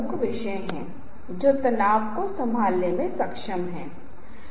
रंगों का विशिष्ट संबंध है मैंने पहले ही पहले सत्र में स्पष्ट कर दिया है और रंग संस्कृति से जुड़े हुए हैं